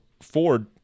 ford